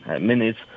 minutes